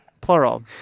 plural